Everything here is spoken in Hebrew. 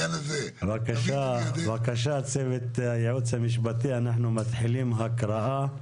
בבקשה, הייעוץ המשפטי, אנחנו מתחילים הקראה.